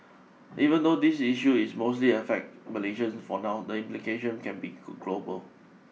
even though this issue is mostly affect Malaysians for now the implication can be global